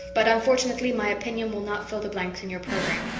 but unfortunately my opinion will not fill the blanks in your programme.